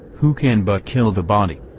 who can but kill the body.